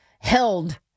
held